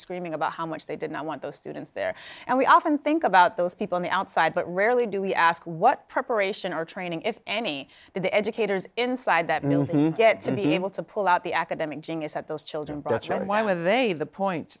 screaming about how much they did not want those students there and we often think about those people on the outside but rarely do we ask what preparation or training if any the educators inside that new get to be able to pull out the academic genius at those children that's right why were they the point